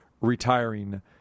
retiring